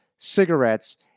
cigarettes